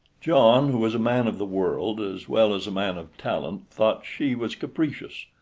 john, who was a man of the world as well as a man of talent, thought she was capricious,